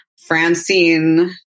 Francine